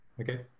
Okay